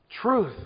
Truth